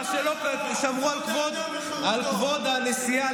מה שלא שמרו על כבוד הנסיעה,